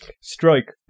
Strike